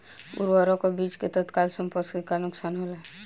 उर्वरक और बीज के तत्काल संपर्क से का नुकसान होला?